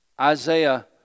Isaiah